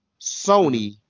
Sony